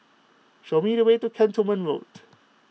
show me the way to Cantonment Road